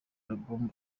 album